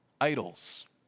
idols